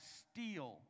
steal